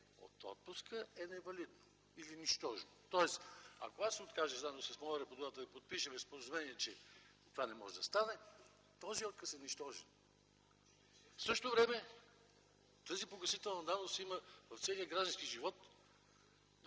от отпуска е невалидно или нищожно”. Тоест, ако аз откажа заедно с моя работодател и подпишем споразумение, че това не може да стане, този отказ е нищожен. В същото време тази погасителна давност я има в целия граждански живот,